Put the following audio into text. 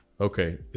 okay